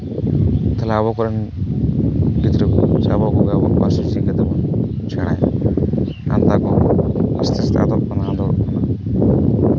ᱛᱟᱦᱚᱞᱮ ᱟᱵᱚ ᱠᱚᱨᱮᱱ ᱜᱤᱫᱽᱨᱟᱹ ᱠᱚ ᱥᱮ ᱟᱵᱚ ᱯᱟᱹᱨᱥᱤ ᱪᱤᱠᱟᱹ ᱛᱮᱵᱚᱱ ᱥᱮᱬᱟᱭᱟ